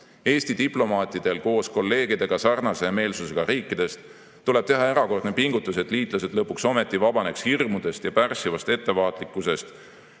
Eesti diplomaatidel koos kolleegidega sarnase meelsusega riikidest tuleb teha erakordne pingutus, et liitlased lõpuks ometi vabaneksid hirmudest ja pärssivast ettevaatlikkusest